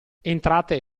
entrate